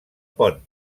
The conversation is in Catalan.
pont